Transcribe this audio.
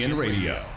Radio